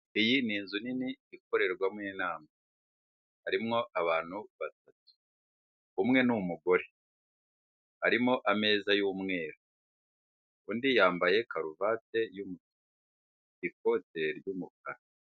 Iyi ni inzu nini ikorerwamo inama harimo abantu batatu umwe ni umugore, harimo ameza y'umweru undi yambaye karuvati y'umutu ikote ry'umukara.